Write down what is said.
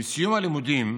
עם סיום הלימודים,